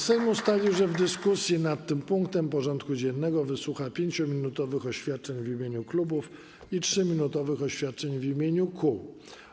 Sejm ustalił, że w dyskusji nad tym punktem porządku dziennego wysłucha 5-minutowych oświadczeń w imieniu klubów i 3-minutowych oświadczeń w imieniu kół.